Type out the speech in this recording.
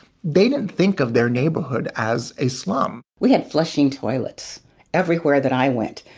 they didn't think of their neighborhood as a slum we had flushing toilets everywhere that i went.